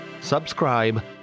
subscribe